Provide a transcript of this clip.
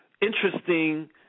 interesting